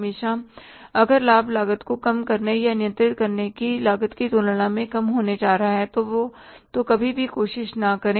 हमेशा अगर लाभलागत को काम करने या नियंत्रित करने की लागत की तुलना में कम होने जा रहा है तो कभी भी कोशिश न करें